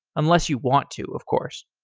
unless you want to, of course.